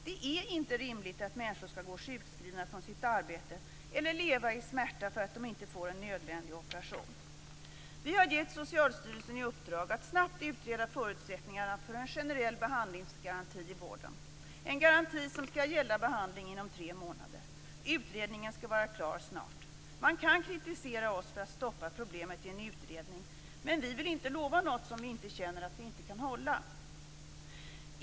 Det är inte rimligt att människor skall gå sjukskrivna från sitt arbete eller leva i smärta för att de inte får en nödvändig operation. Vi har gett Socialstyrelsen i uppdrag att snabbt utreda förutsättningarna för en generell behandlingsgaranti i vården, en garanti som skall gälla behandling inom tre månader. Utredningen skall vara klar snart. Man kan kritisera oss för att stoppa undan problemet i en utredning, men vi vill inte lova något som vi känner att vi inte kan hålla.